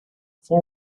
for